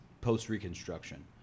post-Reconstruction